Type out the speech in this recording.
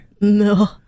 No